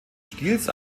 stils